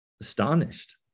astonished